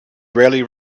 rarely